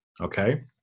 Okay